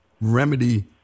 remedy